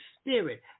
spirit